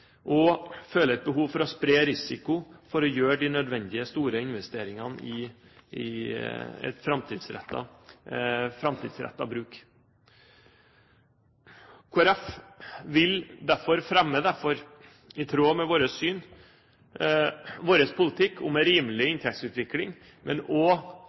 og føler et behov for å spre risiko for å gjøre de nødvendige store investeringene i et framtidsrettet bruk. Kristelig Folkeparti fremmer derfor – i tråd med vårt syn – vår politikk om en rimelig inntektsutvikling, men